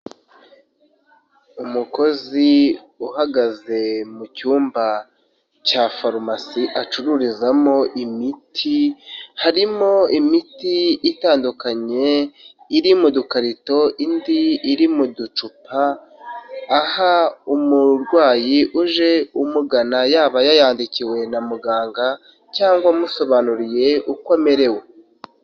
umukozi uhagaze mu cyumba cya farumasi acururizamo imiti, harimo imiti itandukanye iri mu dukarito indi iri mu ducupa, aha umurwayi uje umugana yaba yayandikiwe na muganga cyangwa amusobanuriye uko amererewe.